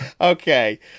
Okay